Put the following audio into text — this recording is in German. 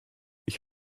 ich